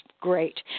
great